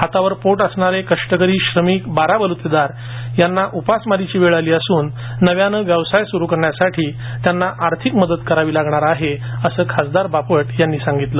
हातावर पोट असणारे कष्टकरी श्रमिक बाराबलुतेदार यांना उपासमारीची वेळ आली असून नव्याने व्यवसाय सुरू करण्यासाठी त्यांना आर्थिक मदत लागणार आहे असं खासदार बापट म्हणाले